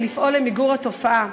וכן תפעל למיגור התופעה.